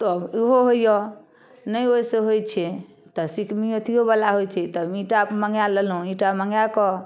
तब इहो होइए नहि ओइसँ होइ छै तऽ सिकनी अथियोवला होइ छै तब ईंटा मङ्गा लेलहुँ ईंटा मङ्गाकऽ